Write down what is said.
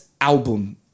album